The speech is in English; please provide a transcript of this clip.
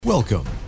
Welcome